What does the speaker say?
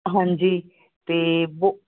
ਹਾਂਜੀ ਅਤੇ ਬਹੁ